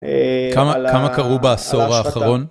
כמה קראו בעשור האחרון?